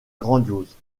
grandiose